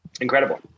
Incredible